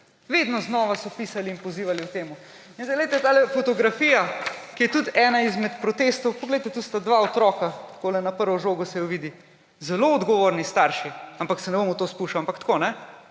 Vedno znova so pisali in pozivali o tem. Poglejte, tale fotografija, ki je tudi ena s protestov, poglejte, to sta dva otroka, takole na prvo žogo se ju vidi. Zelo odgovorni starši! Ampak se ne bom v to spuščal, ampak tako,